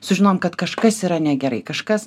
sužinojom kad kažkas yra negerai kažkas